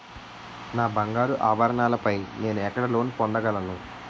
నా బంగారు ఆభరణాలపై నేను ఎక్కడ లోన్ పొందగలను?